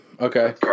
Okay